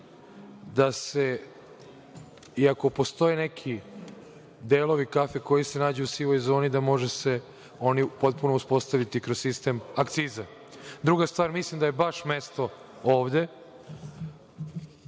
da se, iako postoje neki delovi kafe koji se nalaze u sivoj zoni, mogu uspostaviti kroz sistem akciza. Druga stvar, mislim da je baš mesto ovde